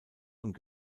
und